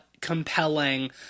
compelling—